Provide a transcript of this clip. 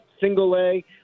single-A